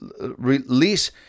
release